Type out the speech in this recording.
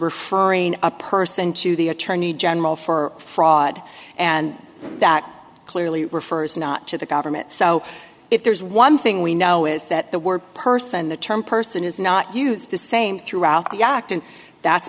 referring a person to the attorney general for fraud and that clearly refers not to the government so if there's one thing we know is that the word person the term person is not use the same throughout the act and that's